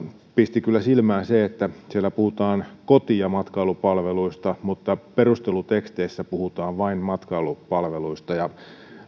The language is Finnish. pisti kyllä silmään se että siellä puhutaan koti ja matkailupalveluista mutta perusteluteksteissä puhutaan vain matkailupalveluista